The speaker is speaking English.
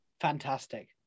Fantastic